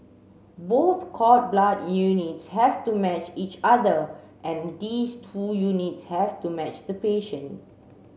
both cord blood units have to match each other and these two units have to match the patient